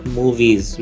movies